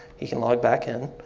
he can log back in